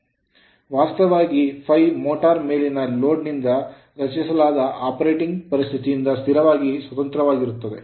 ವಾಸ್ತವವಾಗಿ ∅ಮೋಟರ್ ಮೇಲಿನ ಲೋಡ್ ನಿಂದ ರಚಿಸಲಾದ ಆಪರೇಟಿಂಗ್ ಸ್ಥಿತಿಯಿಂದ ಸ್ಥಿರವಾಗಿ ಸ್ವತಂತ್ರವಾಗಿರುತ್ತದೆ